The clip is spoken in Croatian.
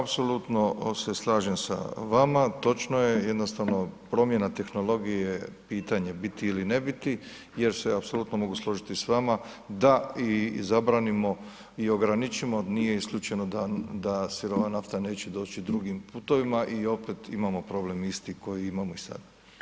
Apsolutno se slažem sa vama, točno je, jednostavno promjena tehnologije, pitanje biti ili ne bit jer se apsolutno mogu složiti s vama da i zabranimo i ograničimo, nije isključeno da sirova nafta neće doći drugim putevima i opet imamo problem isti koji imamo i sad.